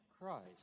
Christ